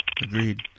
agreed